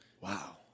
wow